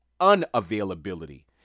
unavailability